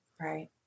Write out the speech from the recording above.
Right